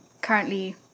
currently